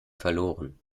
verloren